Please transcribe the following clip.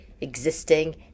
existing